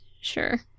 Sure